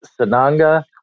Sananga